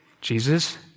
Jesus